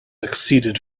exceeded